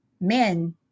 men